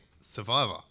survivor